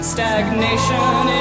Stagnation